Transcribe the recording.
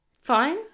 Fine